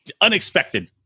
unexpected